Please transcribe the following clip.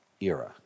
era